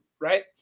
Right